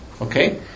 Okay